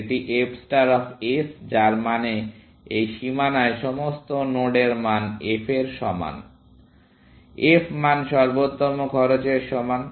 এটি f star of s যার মানে এই সীমানার সমস্ত নোডের মান f এর সমান f মান সর্বোত্তম খরচের সমান